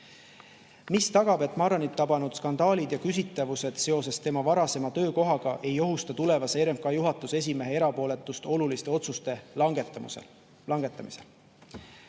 "Mis tagab, et Marranit tabanud skandaalid ja küsitavused seoses tema varasema töökohaga ei ohusta tulevase RMK juhatuse esimehe erapooletust oluliste otsuste langetamisel?"